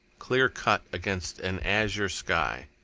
clear-cut against an azure sky.